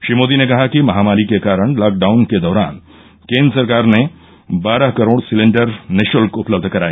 श्री मोदी ने कहा कि महामारी के कारण लॉकडाउन के दौरान केन्द्र सरकार ने बारह करोड सिलेंडर निशुल्क उपलब्ध कराए